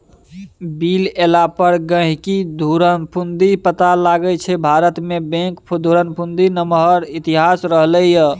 bill एला पर गहिंकीकेँ धुरफंदी पता लगै छै भारतमे बैंक धुरफंदीक नमहर इतिहास रहलै यै